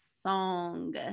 song